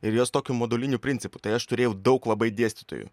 ir jos tokiu moduliniu principu tai aš turėjau daug labai dėstytojų